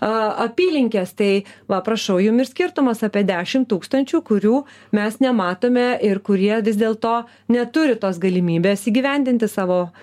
a apylinkės tai va prašau jum ir skirtumas apie dešim tūkstančių kurių mes nematome ir kurie vis dėlto neturi tos galimybės įgyvendinti savo